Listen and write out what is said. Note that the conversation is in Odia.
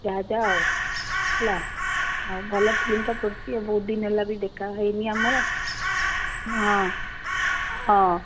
ଯାହା ଯାହା ଆଉ ହେଲା ଆଉ ଭଲ ଫିଲ୍ମ୍ଟା ପଡ଼ିଛି ବହୁତ ଦିନ ହେଲା ବି ଦେଖା ହେଇନି ଆମର ହଁ ହଁ